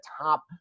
top